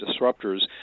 disruptors